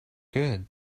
good